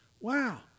wow